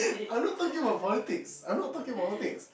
I'm not talking about politics I'm not talking about politics